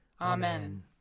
Amen